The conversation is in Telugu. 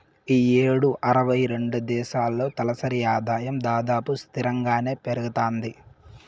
ఈ యేడు అరవై రెండు దేశాల్లో తలసరి ఆదాయం దాదాపు స్తిరంగానే పెరగతాంది